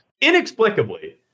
Inexplicably